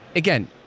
again,